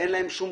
שום